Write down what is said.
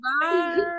Bye